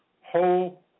whole